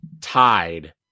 tied